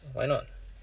why not